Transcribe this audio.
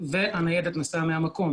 והניידת נסעה מהמקום